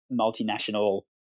multinational